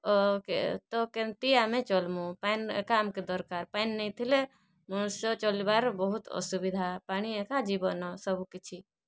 ଓ କେ ତ କେନ୍ତି ଆମେ ଚଲ୍ମୁ ପାଏଁନ୍ ଏକା ଆମ୍କେ ଦରକାର୍ ପାଏଁନ୍ ନାଇଁ ଥିଲେ ମନୁଷ୍ୟ ଚଲ୍ବାର୍ ବହୁତ୍ ଅସୁବିଧା ପାଣି ଏକା ଜୀବନ ସବୁକିଛି